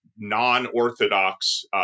non-orthodox